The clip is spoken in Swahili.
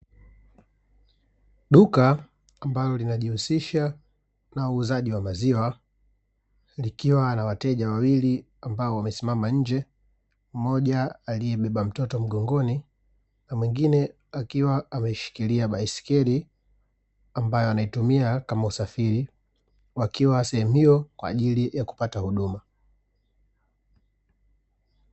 Duka ambalo linajihusisha na uuzaji wa maziwa ilikiwa na wateja wawili ambao wamesimama nje, mmoja aliyebeba mtoto mgongoni na mwingine akiwa ameshikilia baiskeli ambayo anaitumia kama usafiri, wakiwa sehemu hiyo kwa ajili ya kupata huduma.